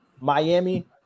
Miami